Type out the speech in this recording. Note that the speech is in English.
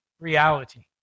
reality